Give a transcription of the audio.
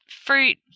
fruit